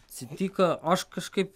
atsitiko o aš kažkaip